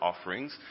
offerings